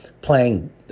playing